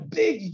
big